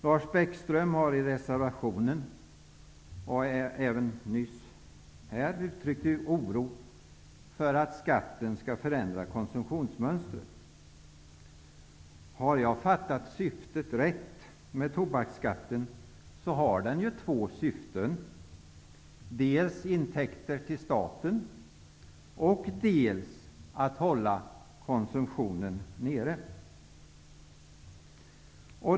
Lars Bäckström har i meningsyttringen och även i sitt anförande här uttryckt oro för att skatten skall förändra konsumtionsmönstret. Om jag har fattat syftet med tobaksskatten rätt, har den två syften, nämligen dels intäkter till staten, dels att hålla konsumtionen nere.